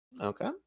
Okay